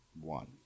One